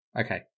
Okay